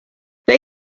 they